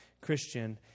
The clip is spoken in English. Christian